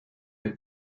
der